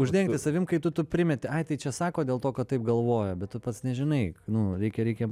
uždengti savim kai tu tu primeti ai tai čia sako dėl to kad taip galvoja bet tu pats nežinai nu reikia reikia